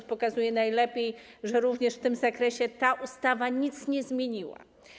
To pokazuje najlepiej, że również w tym zakresie ta ustawa nic nie zmieniła.